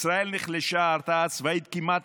ישראל נחלשה, ההרתעה הצבאית כמעט נמחקה,